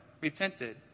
repented